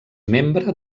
membre